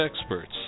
experts